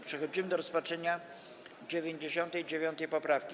Przechodzimy do rozpatrzenia 99. poprawki.